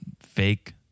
fake